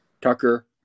Tucker